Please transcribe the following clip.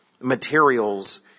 materials